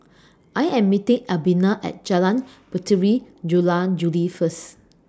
I Am meeting Albina At Jalan Puteri Jula Juli First